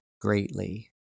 greatly